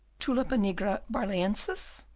tulipa nigra barlaensis?